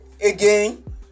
again